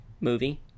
movie